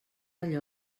allò